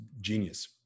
genius